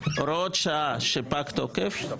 הוראות שעה שפג התוקף שלהן,